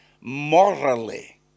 morally